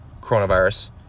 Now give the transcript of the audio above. coronavirus